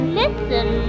listen